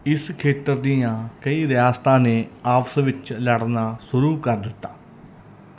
ਇਸ ਖੇਤਰ ਦੀਆਂ ਕਈ ਰਿਆਸਤਾਂ ਨੇ ਆਪਸ ਵਿੱਚ ਲੜਨਾ ਸ਼ੁਰੂ ਕਰ ਦਿੱਤਾ